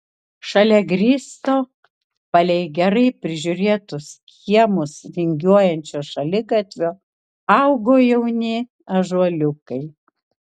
šalia grįsto palei gerai prižiūrėtus kiemus vingiuojančio šaligatvio augo jauni ąžuoliukai